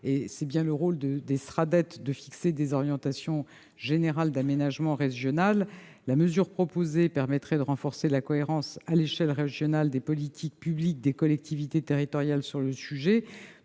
Tel est bien le rôle de ces schémas : fixer des orientations générales d'aménagement régional. La mesure proposée permettrait de renforcer la cohérence, à l'échelle régionale, des politiques publiques menées par les collectivités territoriales en la